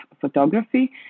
photography